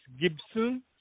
Gibson